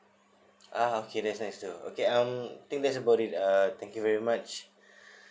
ah okay that's nice too okay um I think that's about it uh thank you very much